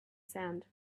sand